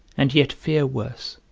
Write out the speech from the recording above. and yet fear worse